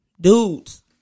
Dudes